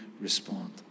respond